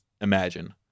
imagine